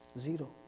zero